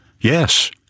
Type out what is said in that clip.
Yes